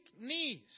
knees